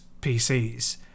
PCs